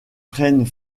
prennent